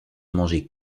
manger